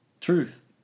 Truth